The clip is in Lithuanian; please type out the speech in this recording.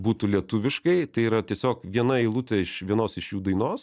būtų lietuviškai tai yra tiesiog viena eilutė iš vienos iš jų dainos